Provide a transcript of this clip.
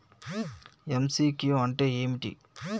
MCQ అంటే ఏమిటి?